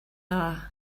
dda